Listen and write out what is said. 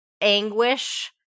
anguish